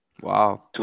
Wow